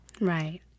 right